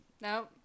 No